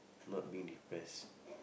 not being depressed